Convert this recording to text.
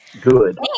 Good